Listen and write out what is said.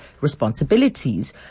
responsibilities